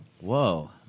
Whoa